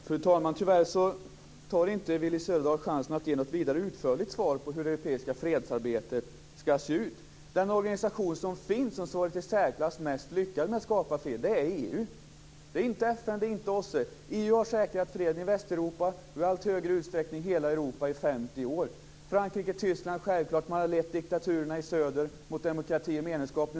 Fru talman! Tyvärr tar inte Willy Söderdahl chansen att ge något vidare utförligt svar på hur det europeiska fredsarbetet skall se ut. Den organisation som finns och som varit i särklass mest lyckad när det gäller att skapa fred är EU. Det är inte FN och inte OSSE. EU har säkrat freden i Västeuropa, och i allt större utsträckning hela Europa, i 50 år. Det gäller Frankrike-Tyskland, självklart, och man har också lett diktaturerna i söder mot demokrati och medlemskap.